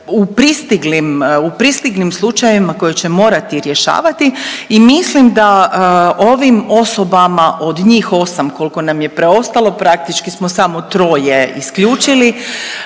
u pristiglim slučajevima koje će morati rješavati i mislim da ovim osobama od njih osam koliko nam je preostalo praktički smo samo troje isključili